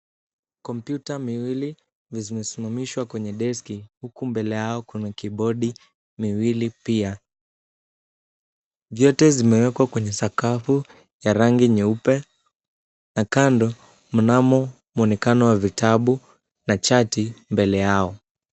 Kompyuta miwili imesimamishwa kwenye deski huku mbele yao kuna kibodi miwili pia. Vyote zimewekwa kwenye sakafu ya rangi nyeupe na kando mnamo mwonekano wa vitabu na chati mbele yao.